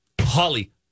Holly